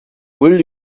will